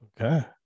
Okay